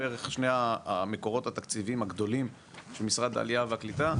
בערך שני מקורות התקציבים הגדולים של משרד העלייה והקליטה,